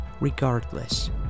regardless